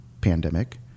pandemic